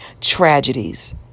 tragedies